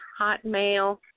hotmail